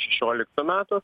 šešioliktų metų